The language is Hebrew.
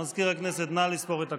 מזכיר הכנסת, נא לספור את הקולות.